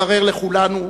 התברר לכולנו